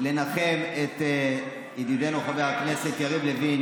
לנחם את ידידנו חבר הכנסת יריב לוין,